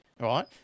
right